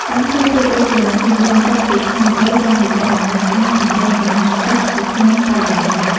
ដើមឈើប្រៀបដូចជាម៉ាស៊ីនបូមទឹកពីក្នុងដីតាមរយៈដំណើរការបញ្ចេញចំហាយទឹកទៅក្នុងបរិយាកាស។